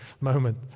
moment